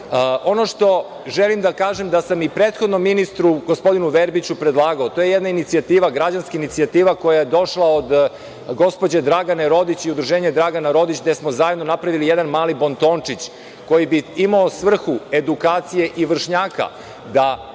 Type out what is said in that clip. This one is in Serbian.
što želim da kažem, a što sam i prethodnom ministru, gospodinu Verbiću, predlagao jeste jedna inicijativa, građanska inicijativa koja je došla od gospođe Dragane Rodić i Udruženja Dragana Rodić gde smo zajedno napravili jedan mali bontončić koji bi imao svrhu edukacije vršnjaka da